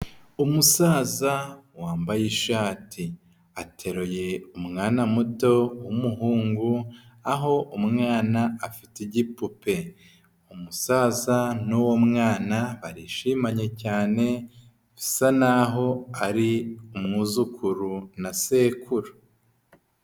Umusaza wambaye ishati ateruye umwana muto wumuhungu aho umwana afite igipupe umusaza n uwo mwana barishimanye cyane asa naho ari umwuzukuru na sekuru.